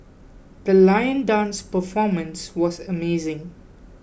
the lion dance performance was amazing